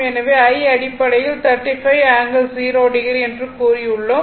எனவே I அடிப்படையில் 35 ∠0o என்று கூறியுள்ளோம்